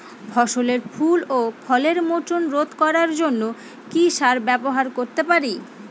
ফসলের ফুল ও ফলের মোচন রোধ করার জন্য কি সার ব্যবহার করতে পারি?